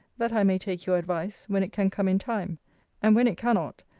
that i may take your advice, when it can come in time and when it cannot,